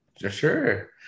sure